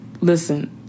listen